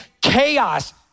chaos